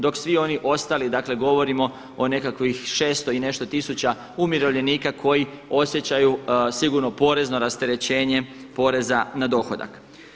Dok svi oni ostali, dakle govorimo o nekakvih 600 i nešto tisuća umirovljenika koji osjećaju sigurno porezno rasterećenje poreza na dohodak.